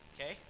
Okay